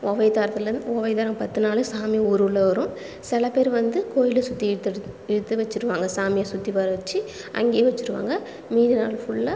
உபயதாரத்துலேந்து உபயதாரம் பத்து நாளும் சாமி ஊருள்ளே வரும் சில பேர் வந்து கோயிலை சுற்றி இழுத்து இழுத்தே வச்சிருவாங்கள் சாமியை சுற்றி வர வச்சு அங்கேயே வச்சிருவாங்கள் மீதி நாள் ஃபுல்லா